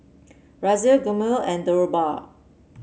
Razia Gurmeet and Dhirubhai